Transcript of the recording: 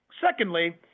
Secondly